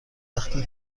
وقتی